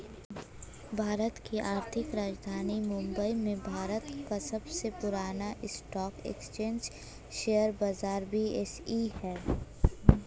भारत की आर्थिक राजधानी मुंबई में भारत का सबसे पुरान स्टॉक एक्सचेंज शेयर बाजार बी.एस.ई हैं